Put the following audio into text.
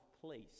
place